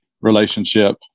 relationship